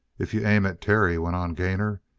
if you aim at terry, went on gainor,